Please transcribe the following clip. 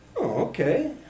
okay